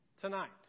tonight